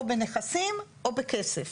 או בנכסים או בכסף.